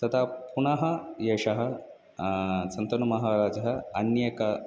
तथा पुनः एषः शन्तनुः महाराजः अन्ये